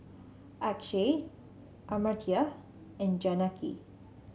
Akshay Amartya and Janaki